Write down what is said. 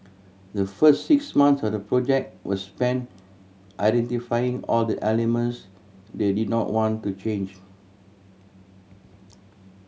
the first six months of the project were spent identifying all the elements they did not want to change